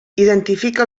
identifica